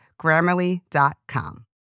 Grammarly.com